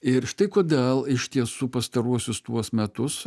ir štai kodėl iš tiesų pastaruosius tuos metus